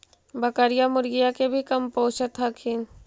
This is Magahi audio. बकरीया, मुर्गीया के भी कमपोसत हखिन?